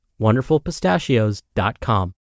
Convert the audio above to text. WonderfulPistachios.com